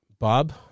Bob